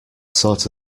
sort